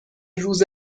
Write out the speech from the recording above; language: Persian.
روز